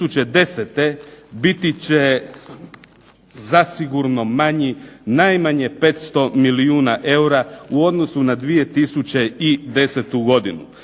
biti će zasigurno manji najmanje 500 milijuna eura u odnosu na 2010. godinu.